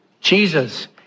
Jesus